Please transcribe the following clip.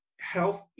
health